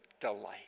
delight